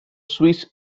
swiss